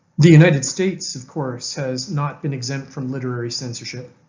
the united states of course has not been exempt from literary censorship.